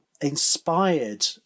inspired